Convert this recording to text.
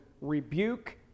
rebuke